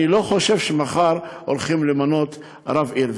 אני לא חושב שמחר הולכים למנות רב עיר.